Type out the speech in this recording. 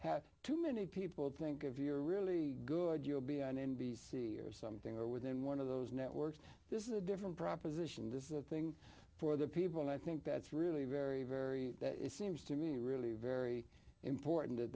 have too many people think if you're really good you'll be on n b c or something or within one of those networks this is a different proposition this is a thing for the people i think that's really very very it seems to me really very important that